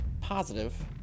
positive